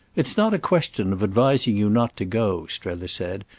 it's not a question of advising you not to go, strether said,